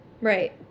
Right